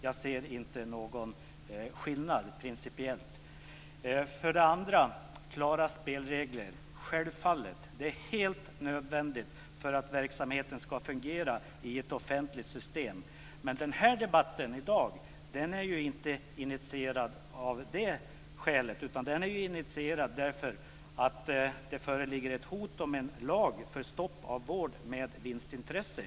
Jag ser inte någon skillnad principiellt. Självfallet ska vi ha klara spelregler. Det är helt nödvändigt för att verksamheten ska fungera i ett offentligt system. Men debatten i dag är inte initierad av det skälet. Den är initierad därför att det föreligger ett hot om en lag för stopp av vård med vinstintresse.